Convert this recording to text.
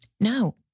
No